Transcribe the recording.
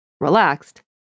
relaxed